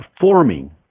forming